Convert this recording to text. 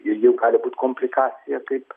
irgi gali būt komplikacija taip